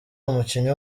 umukinnyi